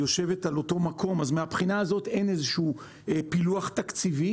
מהבחינה הזאת אין איזשהו פילוח תקציבי